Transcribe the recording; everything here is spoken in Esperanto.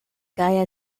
gaja